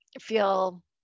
feel